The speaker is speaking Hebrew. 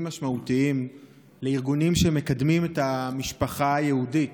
משמעותיים לארגונים שמקדמים את המשפחה היהודית,